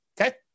Okay